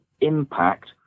impact